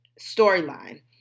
storyline